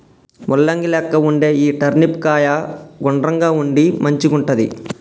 ముల్లంగి లెక్క వుండే ఈ టర్నిప్ కాయ గుండ్రంగా ఉండి మంచిగుంటది